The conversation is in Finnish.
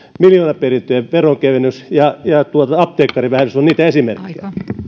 miljoonaperintöjen veronkevennys ja apteekkarivähennys ovat niistä esimerkkejä